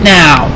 now